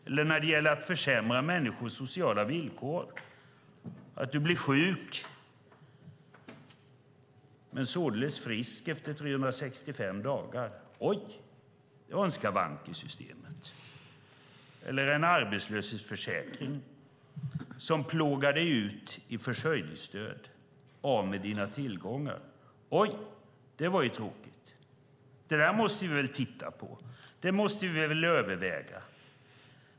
Eller när det gäller att försämra människors sociala villkor, att du blir sjuk men således frisk efter 365 dagar: Oj, det var en skavank i systemet! Eller en arbetslöshetsförsäkring som plågar dig ut i försörjningsstöd och du blir av med dina tillgångar: Oj, det var ju tråkigt! Det där måste vi väl titta på. Det måste vi väl överväga.